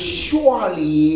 surely